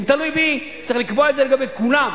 אם זה תלוי בי, צריך לקבוע את זה לגבי כולם.